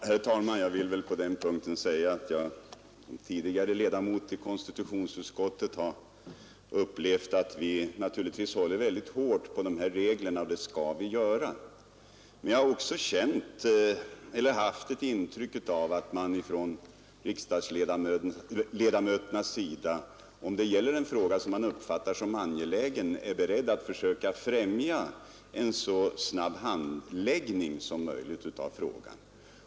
Herr talman! Som tidigare ledamot av konstitutionsutskottet har jag upplevt att vi håller väldigt hårt på de här reglerna, och det skall vi naturligtvis göra. Men jag har också haft ett intryck av att riksdagsledamöterna, om det gäller en fråga som uppfattas som angelägen, är beredda att försöka främja en så snabb handläggning som möjligt av frågan.